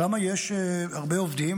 ושם יש הרבה עובדים,